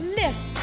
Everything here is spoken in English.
lift